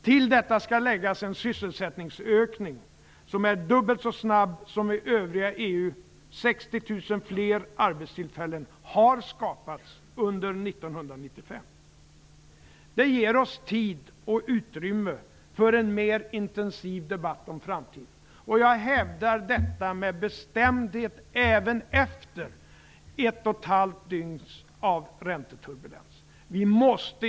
Till detta skall läggas en sysselsättningsökning som är dubbelt så snabb som i övriga EU. 60 000 fler arbetstillfällen har skapats under 1995. Det ger oss tid och utrymme för en mer intensiv debatt om framtiden. Jag hävdar detta med bestämdhet även efter ett och halvt dygns ränteturbulens.